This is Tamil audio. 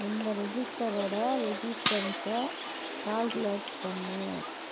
இந்த ரெஜிஸ்டாரோட ரெஸிஸ்டன்ஸை கால்குலேட் பண்ணு